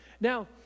Now